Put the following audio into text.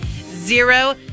zero